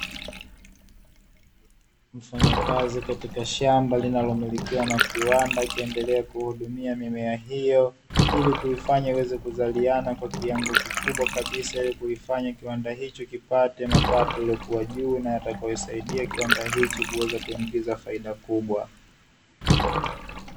Mfanya kazi katika shamba linalomilikiwa na kiwanda kikiendelea kuhudumia mimea hiyo ili kuifanya iweze kuzaliana kwa kiwango kikubwa kabisa, ili kuifanya kiwanda hicho kipate mapato iliyokuwa juu na yatakayosaidia kiwanda hicho kuweza kuingiza faida kubwa.